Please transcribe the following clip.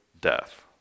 death